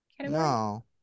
No